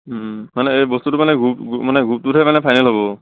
মানে এই বস্তুটো মানে মানে গ্ৰপটোহে মানে ফাইনেল হ'ব